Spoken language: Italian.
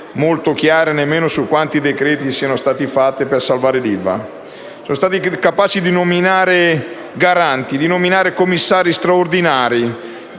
molto chiare neanche su quanti decreti-legge siano stati fatti per salvare l'ILVA. Sono stati capaci di nominare garanti, commissari straordinari,